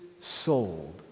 sold